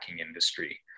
industry